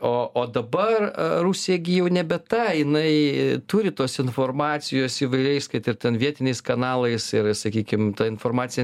o o dabar rusija gi jau nebe ta jinai turi tos informacijos įvairiais kad ir vietiniais kanalais ir sakykim ta informacija